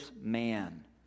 man